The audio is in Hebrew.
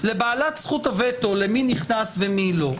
לבעלת זכות הווטו למי נכנס ומי לא.